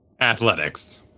athletics